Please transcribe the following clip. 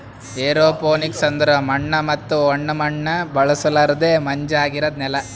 aeroponics ಅಂದುರ್ ಮಣ್ಣು ಮತ್ತ ಒಣ ಮಣ್ಣ ಬಳುಸಲರ್ದೆ ಮಂಜ ಆಗಿರದ್ ನೆಲ